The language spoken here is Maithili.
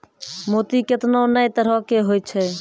मोती केतना नै तरहो के होय छै